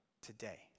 today